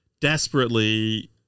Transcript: desperately